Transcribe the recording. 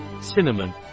cinnamon